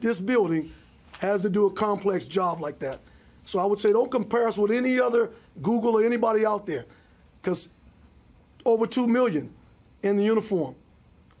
disability has to do a complex job like that so i would say don't compare us with any other google anybody out there because over two million in uniform